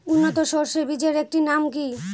উন্নত সরষে বীজের একটি নাম কি?